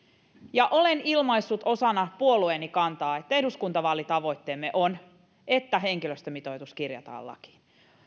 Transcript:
ja olen ilmaissut osana puolueeni kantaa että eduskuntavaalitavoitteemme on että henkilöstömitoitus kirjataan lakiin